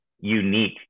unique